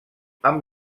amb